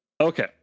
Okay